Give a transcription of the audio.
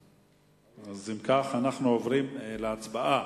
אם כך, אנחנו עוברים להצבעה.